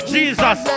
Jesus